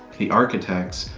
the architects,